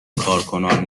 کارکنان